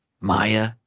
Maya